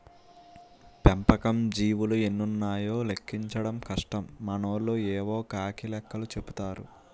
పెంపకం జీవులు ఎన్నున్నాయో లెక్కించడం కష్టం మనోళ్లు యేవో కాకి లెక్కలు చెపుతారు